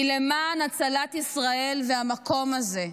היא למען הצלת ישראל והמקום הזה.